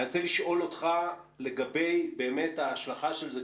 אני רוצה לשאול אותך לגבי באמת ההשלכה של זה,